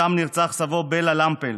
שם נרצח סבו בלה למפל,